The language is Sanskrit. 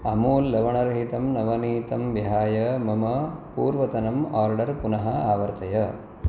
अमूल् लवणरहितम् नवनीतम् विहाय मम पूर्वतनम् आर्डर् पुनः आवर्तय